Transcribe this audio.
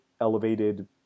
elevated